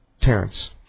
Terrence